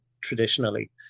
traditionally